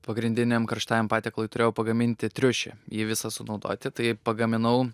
pagrindiniam karštajam patiekalui turėjau pagaminti triušį jį visą sunaudoti tai pagaminau